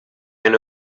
eine